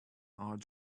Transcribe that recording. are